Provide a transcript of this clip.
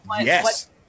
yes